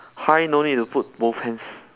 hi no need to put both hands